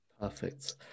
Perfect